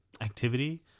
activity